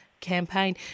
campaign